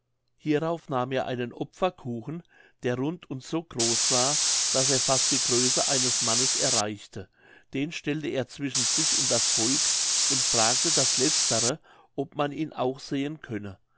hierauf nahm er einen opferkuchen der rund und so groß war daß er fast die größe eines mannes erreichte den stellte er zwischen sich und das volk und fragte das letztere ob man ihn auch sehen könne